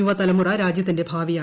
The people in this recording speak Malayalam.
യുവതലമുറ രാജൃത്തിന്റെ ഭാവിയാണ്